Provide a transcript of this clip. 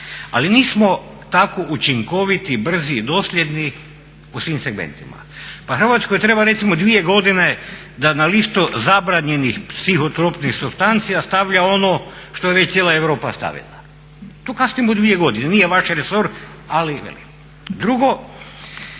Ali nismo tako učinkoviti, brzi i dosljedni u svim segmentima. Pa Hrvatskoj treba recimo 2 godine da na listu zabranjenih psihotropnih supstancija stavlja ono što je već cijela Europa stavila. Tu kasnimo 2 godine, nije vaš resor ali velim. Drugo,